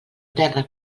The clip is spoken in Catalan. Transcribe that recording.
terra